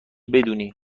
بدونی